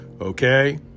Okay